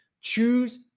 Choose